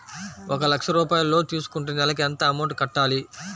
ఒక లక్ష రూపాయిలు లోన్ తీసుకుంటే నెలకి ఎంత అమౌంట్ కట్టాలి?